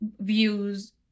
views